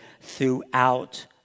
throughout